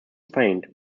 faint